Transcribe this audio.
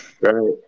Right